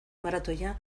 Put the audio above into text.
maratoia